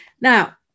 Now